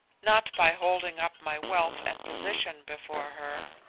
not by holding up my wealth and position before her.